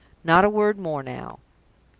not a word more now!